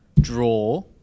draw